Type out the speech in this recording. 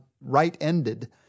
right-ended